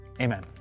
Amen